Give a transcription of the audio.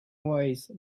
wise